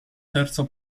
terzo